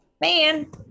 Man